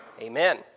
amen